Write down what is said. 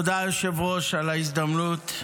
תודה, היושב-ראש, על ההזדמנות,